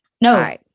No